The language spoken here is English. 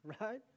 Right